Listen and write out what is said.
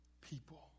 people